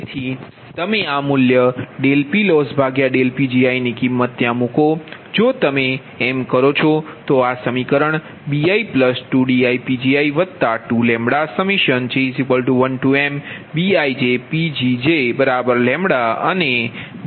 તેથી તમે આ મૂલ્ય PLossPgi ની કિમત ત્યા મૂકો છો જો તમે એમ કરો છો તો આ સમીકરણbi2diPgi2λj1mBijPgjλ અને bi2diPgi2λBiiPgi2λj1j≠imBijPgjλ મળે છે